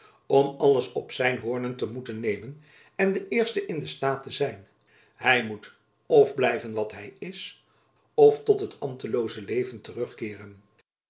om alles op zijn hoornen te moeten nemen en de eerste in den staat te zijn hy moet of blijven wat hy is of tot het ambtelooze leven terugkeeren